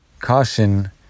caution